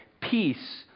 Peace